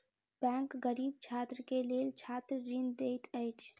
bank गरीब छात्र के लेल छात्र ऋण दैत अछि